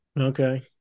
okay